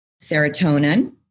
Serotonin